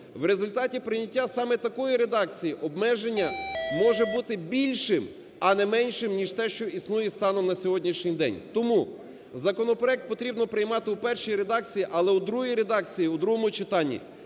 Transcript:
В результаті прийняття саме такої редакції обмеження може бути більшим, а не меншим, ніж те, що існує станом на сьогоднішній день. Тому законопроект потрібно приймати у першій редакції, але у другій редакції у другому читанні